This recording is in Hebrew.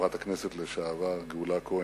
חברת הכנסת לשעבר גאולה כהן,